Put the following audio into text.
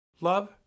Love